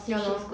ya lor